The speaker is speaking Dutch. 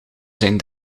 zijn